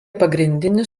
pagrindinis